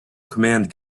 command